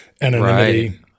anonymity